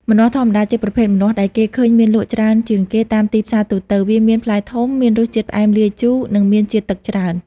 ម្នាស់ធម្មតា ជាប្រភេទម្នាស់ដែលគេឃើញមានលក់ច្រើនជាងគេតាមទីផ្សារទូទៅ។ វាមានផ្លែធំ មានរសជាតិផ្អែមលាយជូរ និងមានជាតិទឹកច្រើន។